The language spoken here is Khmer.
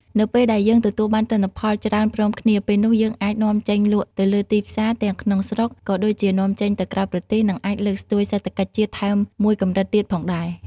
នៅពេលដែលយើងទទួលបានទិន្នផលច្រើនព្រមគ្នា ពេលនោះយើងអាចនាំចេញលក់ទៅលើទីផ្សារ ទាំងក្នុងស្រុក ក៏ដូចជានាំចេញទៅក្រៅប្រទេស នឹងអាចលើកស្ទួយសេដ្ឋកិច្ចជាតិថែមមួយកម្រិតទៀតផងដែរ។